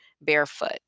barefoot